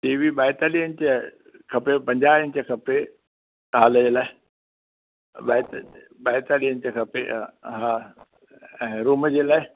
TV ॿाएतालीह inch खपेव पंजाहु इंच खपे त हॉल जे लाइ बाएतालीह इंच खपे हा ऐं रूम जे लाइ